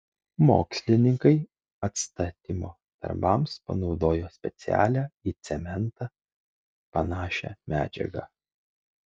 mokslininkai atstatymo darbams panaudojo specialią į cementą panašią medžiagą